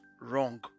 wrong